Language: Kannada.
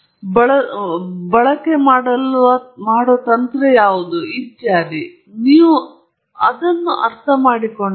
ಆದ್ದರಿಂದ ನಾನು ಇವುಗಳನ್ನು ಆರಿಸಿದ್ದೇನೆ ಏಕೆಂದರೆ ಅವುಗಳು ಸಾಮಾನ್ಯವಾದ ಪ್ರಮಾಣದಲ್ಲಿರುತ್ತವೆ ಮತ್ತು ಅವುಗಳು ನಿಮಗೆ ಕೆಲವು ವಿಧಗಳನ್ನು ನೀಡುತ್ತದೆ ನಿಮಗೆ ತಿಳಿದಿರುವುದು ನಾವು ಯಾವುದರ ಬಗ್ಗೆ ಜಾಗರೂಕರಾಗಿರಬೇಕು